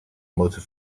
motor